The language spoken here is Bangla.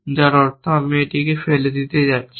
যার অর্থ আমরা এটিকে ফেলে দিতে যাচ্ছি